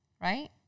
Right